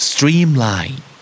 Streamline